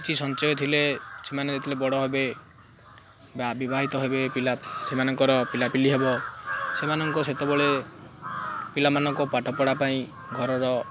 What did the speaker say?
କିଛି ସଞ୍ଚୟ ଥିଲେ ସେମାନେ ଯେତେବେଳେ ବଡ଼ ହେବେ ବା ବିବାହିତ ହେବେ ପିଲା ସେମାନଙ୍କର ପିଲାପିଲି ହେବ ସେମାନଙ୍କ ସେତେବେଳେ ପିଲାମାନଙ୍କ ପାଠ ପଢ଼ା ପାଇଁ ଘରର